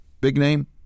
big-name